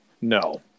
no